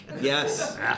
yes